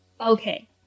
Okay